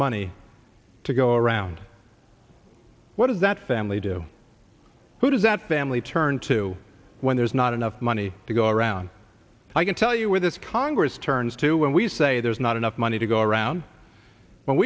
money to go around what does that family do who does that family turn to when there's not enough money to go around i can tell you where this congress turns to when we say there's not enough money to go around when